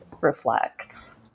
reflects